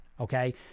okay